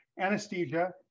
anesthesia